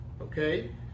Okay